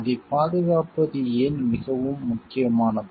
அதை பாதுகாப்பது ஏன் மிகவும் முக்கியமானது